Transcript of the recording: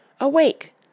Awake